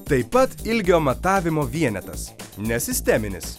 taip pat ilgio matavimo vienetas nesisteminis